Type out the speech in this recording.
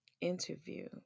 interview